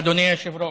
אדוני היושב-ראש,